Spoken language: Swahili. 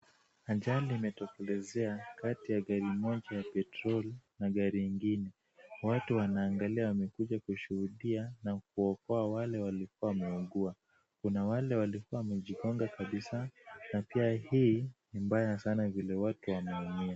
Ajali limetokelezea kati ya gari moja la petroli na gari ingine. Watu wanaangalia wamekuja kushuhudia na kuokoa wale walikuwa wameungua. Kuna wale waliokuwa wamejigonga kabisa na pia hii ni mbaya sana vile watu wameumia.